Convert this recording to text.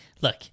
look